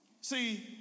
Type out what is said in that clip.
See